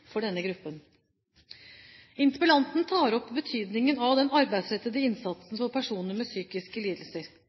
for denne gruppen. Interpellanten tar opp betydningen av den arbeidsrettede innsatsen for personer med psykiske lidelser.